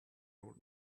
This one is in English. old